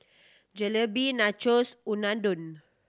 Jalebi Nachos Unadon